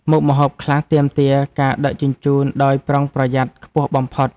មុខម្ហូបខ្លះទាមទារការដឹកជញ្ជូនដោយប្រុងប្រយ័ត្នខ្ពស់បំផុត។